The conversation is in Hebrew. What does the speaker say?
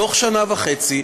בתוך שנה וחצי,